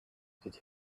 could